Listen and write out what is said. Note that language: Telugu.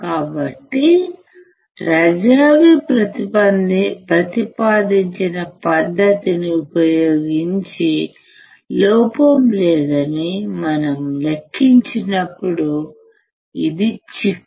కాబట్టి రజావి ప్రతిపాదించిన పద్ధతిని ఉపయోగించి లోపం లేదని మనం లెక్కించినప్పుడు ఇది చిక్కు